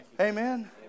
Amen